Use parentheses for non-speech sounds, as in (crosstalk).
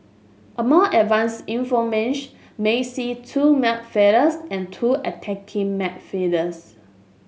a more advanced in (unintelligible) might see two midfielders and two attacking midfielders